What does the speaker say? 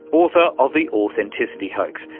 author of the authenticity hoax,